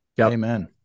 Amen